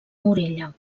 morella